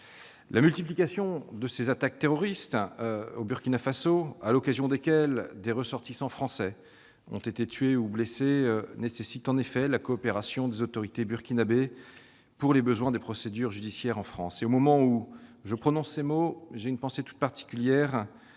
La multiplication des attaques terroristes au Burkina Faso, à l'occasion desquelles des ressortissants français ont été tués ou blessés, nécessite en effet la coopération des autorités burkinabées pour les besoins des procédures judiciaires en France. Au moment où je prononce ces mots, j'ai une pensée toute particulière